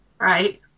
Right